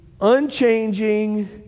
unchanging